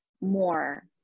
more